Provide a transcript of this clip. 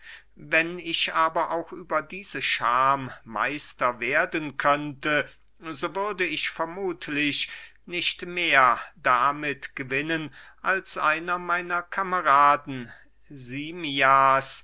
wenn ich aber auch über diese scham meister werden könnte so würde ich vermuthlich nicht mehr damit gewinnen als einer meiner kameraden